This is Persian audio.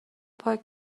پاک